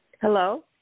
Hello